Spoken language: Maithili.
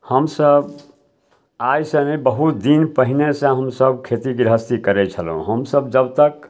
हमसब आइसँ नहि बहुत दिन पहिनेसँ हमसब खेती गृहस्थी करय छलहुँ हमसब जबतक